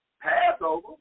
Passover